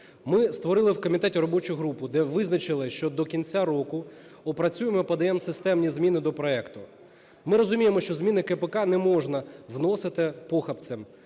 Ми створили у комітеті робочу групу, де визначили, що до кінця року опрацюємо і подаємо системні зміни до проекту. Ми розуміємо, що зміни КПК не можна вносити похапцем